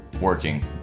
Working